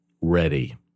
ready